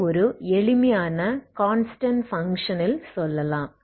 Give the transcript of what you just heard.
இதை ஒரு எளிமையான கான்ஸ்டன்ட் பங்க்ஷனில் சொல்லலாம்